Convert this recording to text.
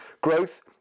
growth